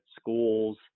schools